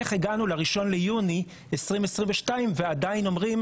איך הגענו ל-1 ביוני 2022 ועדיין אומרים